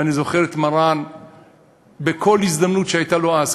ואני זוכר את מרן בכל הזדמנות שהייתה לו אז,